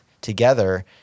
together